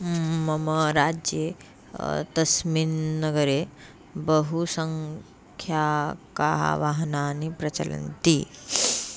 मम राज्ये तस्मिन् नगरे बहुसङ्ख्याकाः वाहनानि प्रचलन्ति